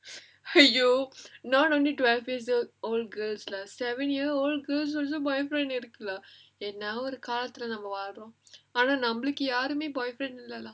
!aiyo! not only twelve years old all girl lah seven year old girl also boyfriend இருக்குலா என்ன ஒரு காலத்துல நாமெல்லாம் வாழுறோம் ஆனா நம்மளுக்கு யாருமே:irukkula enna oru kaalathula naamellaam vaalurom aanaa nammalukku yaarumae boyfriend இல்ல:illa lah